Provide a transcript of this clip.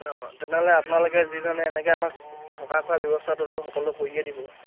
অঁ তেনেহ'লে আপোনালোকে যি ধৰণে এনেকৈ আমাক থকা খোৱা ব্যৱস্থাটোতো সকলো কৰিয়ে দিব